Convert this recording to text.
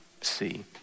see